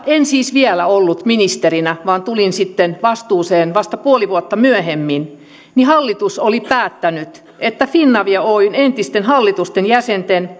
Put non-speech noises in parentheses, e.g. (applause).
en siis vielä ollut ministerinä vaan tulin sitten vastuuseen vasta puoli vuotta myöhemmin hallitus oli päättänyt että finavia oyn entisten hallitusten jäsenten (unintelligible)